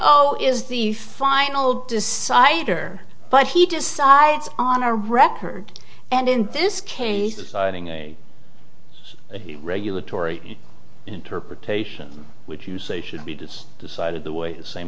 is the final decider but he decides on a record and in this case assigning a regulatory interpretation which you say should be just decided the way the same